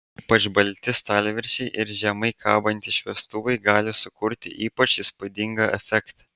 ypač balti stalviršiai ir žemai kabantys šviestuvai gali sukurti ypač įspūdingą efektą